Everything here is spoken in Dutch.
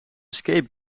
escape